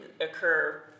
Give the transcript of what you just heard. occur